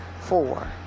four